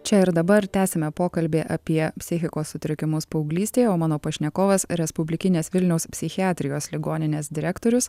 čia ir dabar tęsiame pokalbį apie psichikos sutrikimus paauglystėje o mano pašnekovas respublikinės vilniaus psichiatrijos ligoninės direktorius